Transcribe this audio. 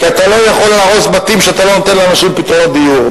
כי אתה לא יכול להרוס בתים כשאתה לא נותן לאנשים פתרונות דיור,